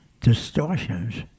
distortions